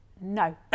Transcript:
no